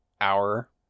hour